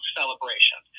celebration